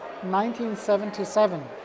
1977